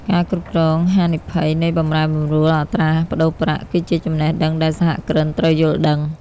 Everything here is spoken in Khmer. ការគ្រប់គ្រងហានិភ័យនៃបម្រែបម្រួលអត្រាប្តូរប្រាក់ គឺជាចំណេះដឹងដែលសហគ្រិនត្រូវយល់ដឹង។